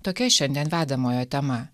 tokia šiandien vedamojo tema